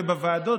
ובוועדות,